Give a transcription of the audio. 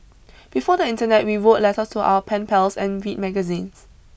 before the internet we wrote letters to our pen pals and read magazines